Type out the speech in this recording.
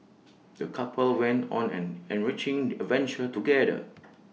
the couple went on an enriching adventure together